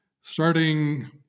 starting